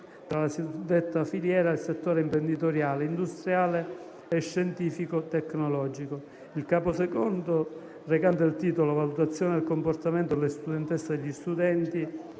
tra la suddetta filiera e il settore imprenditoriale, industriale e scientifico-tecnologico. Il Capo II, recante il titolo "Valutazione del comportamento delle studentesse e degli studenti",